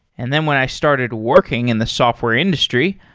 and then when i started working in the software industry,